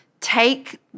take